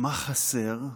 מה חסר?